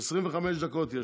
יש לך 25 דקות.